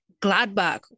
Gladbach